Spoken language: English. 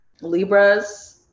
Libras